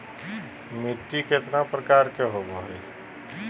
मिट्टी केतना प्रकार के होबो हाय?